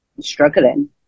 struggling